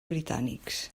britànics